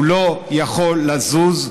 הוא לא יכול לזוז.